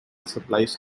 supplies